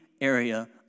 area